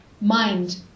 mind